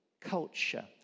culture